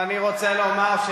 ואני רוצה לומר,